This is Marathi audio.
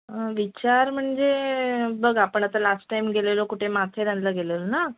विचार म्हणजे बघ आपण आता लास्ट टाईम गेलेलो कुठे माथेरानला गेलेलो ना